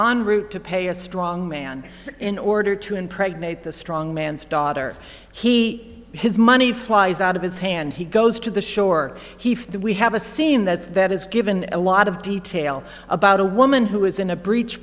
on route to pay a strongman in order to impregnate the strong man's daughter he has money flies out of his hand he goes to the shore he for that we have a scene that's that is given a lot of detail about a woman who is in a breech